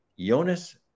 Jonas